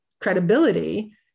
credibility